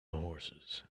horses